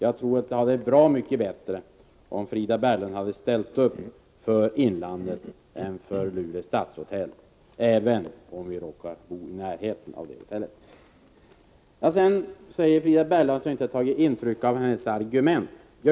Jag tror att det hade känts bra mycket bättre, om Frida Berglund hade ställt upp för inlandet i stället för, som hon gjort, för Luleå stadshotell, även om hon råkar bo i närheten av det hotellet. Frida Berglund sade att jag inte har tagit intryck av hennes argument.